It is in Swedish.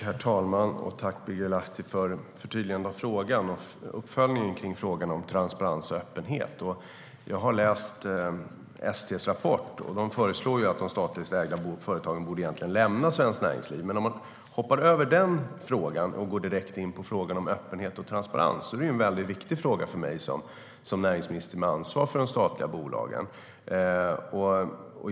Herr talman! Jag tackar Birger Lahti för förtydligandet av och uppföljningen till frågan om transparens och öppenhet. Jag har läst ST:s rapport, och de föreslår egentligen att de statligt ägda företagen borde lämna Svenskt Näringsliv. Men om man hoppar över det och går direkt in på frågan om öppenhet och transparens är det en väldigt viktig fråga för mig som näringsminister med ansvar för de statliga bolagen.